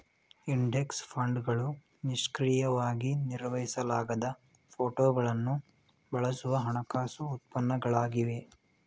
index ಫಂಡ್ಗಳು ನಿಷ್ಕ್ರಿಯವಾಗಿ ನಿರ್ವಹಿಸಲಾಗದ ಫೋಟೋಗಳನ್ನು ಬಳಸುವ ಹಣಕಾಸು ಉತ್ಪನ್ನಗಳಾಗಿವೆ